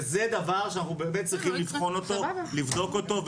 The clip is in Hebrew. וזה דבר שאנחנו צריכים לבחון ולבדוק אותו,